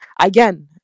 again